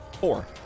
Four